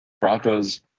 Broncos